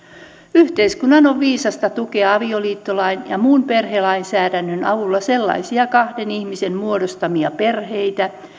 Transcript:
yhteiskunnan on viisasta tukea avioliittolain ja muun perhelainsäädännön avulla sellaisia kahden ihmisen muodostamia perheitä